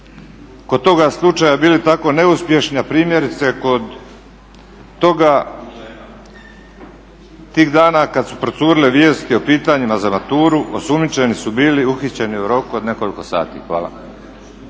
kod toga slučaja bili tako neuspješni a primjerice kod toga, tih dana kad su procurile vijesti o pitanjima za maturu osumnjičeni su bili uhićeni u roku od nekoliko sati. Hvala.